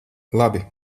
labi